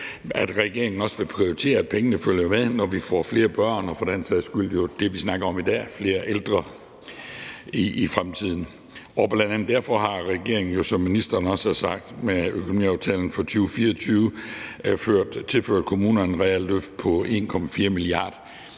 at regeringen også vil prioritere, at pengene følger med, når der kommer flere børn og for den sags skyld, som vi snakker om i dag, flere ældre i fremtiden. Bl.a. derfor har regeringen jo, som ministeren også har sagt, med økonomiaftalen for 2024 tilført kommunerne et realløft på 1,4 mia. kr.